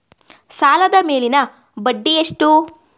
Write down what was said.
ಸಾಲದ ಮೇಲಿನ ಬಡ್ಡಿ ಎಷ್ಟು?